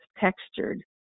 textured